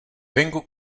venku